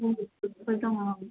फोरबो दङ